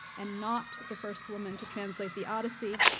and not the first woman to translate the odyssey.